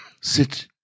sit